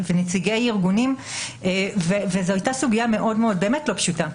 ונציגי ארגונים, וזו הייתה סוגיה באמת לא פשוטה.